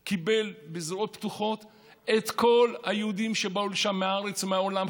קיבל בזרועות פתוחות את כל היהודים שבאו לשם מהארץ ומהעולם,